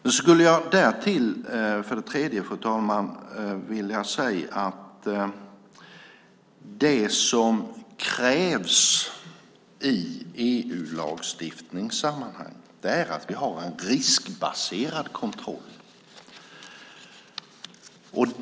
För det tredje skulle jag därutöver vilja säga att det som krävs i EU-lagstiftningssammanhang är att vi har en riskbaserad kontroll.